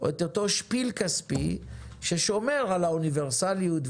את אותו שפיל כספי ששומר על האוניברסליות,